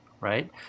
Right